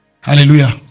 Hallelujah